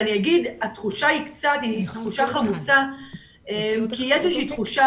התחושה היא תחושה חמוצה כי יש איזושהי תחושה